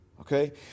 okay